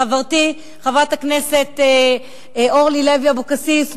חברתי חברת הכנסת אורלי לוי אבקסיס,